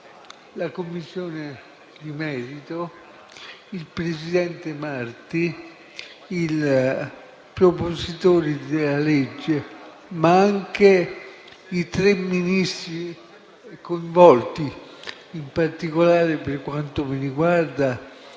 la Commissione di merito, il presidente Marti, il presentatore del disegno di legge, ma anche i tre Ministri coinvolti, in particolare per quanto mi riguarda